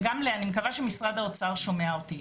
ואני גם מקווה שמשרד האוצר שומע אותי.